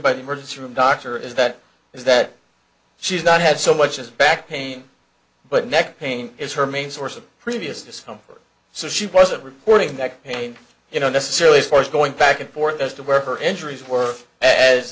by the emergency room doctor is that is that she's not had so much as back pain but neck pain is her main source of previous discomfort so she wasn't reporting that pain you know necessarily force going back and forth as to where her injuries were as